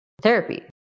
therapy